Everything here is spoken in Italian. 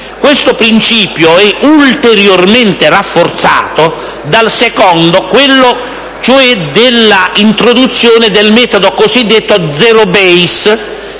Questo principio è ulteriormente rafforzato dal secondo, quello cioè della introduzione del metodo cosiddetto *zero-base.*